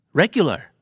regular